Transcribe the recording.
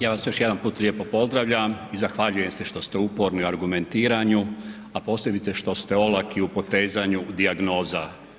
Ja vas još jedan put lijepo pozdravljam i zahvaljujem se što ste uporni u argumentiranju a posebice što ste olaki u potezanju dijagnoza.